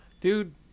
Dude